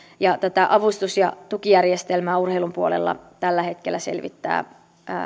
ja tätä avustus ja tukijärjestelmää urheilun puolella tällä hetkellä selvittää